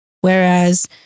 Whereas